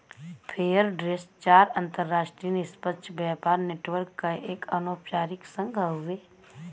fair trade चार अंतरराष्ट्रीय निष्पक्ष व्यापार नेटवर्क क एक अनौपचारिक संघ हउवे